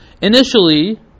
Initially